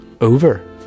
over